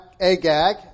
Agag